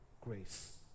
grace